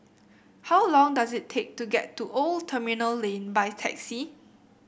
how long does it take to get to Old Terminal Lane by taxi